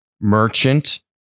merchant